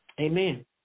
Amen